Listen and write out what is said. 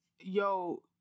yo